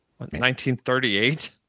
1938